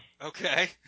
Okay